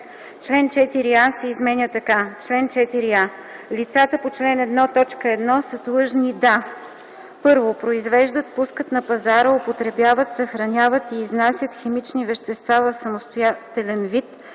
Член 4а се изменя така: „Чл. 4а. Лицата по чл. 1, т. 1 са длъжни да: 1. произвеждат, пускат на пазара, употребяват, съхраняват и изнасят химични вещества в самостоятелен вид,